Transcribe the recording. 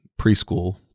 preschool